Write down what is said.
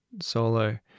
solo